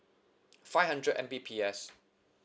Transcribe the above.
five hundred M_B_P_S